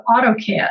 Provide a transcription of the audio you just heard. AutoCAD